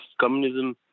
communism